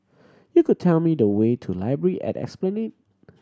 you could tell me the way to Library at Esplanade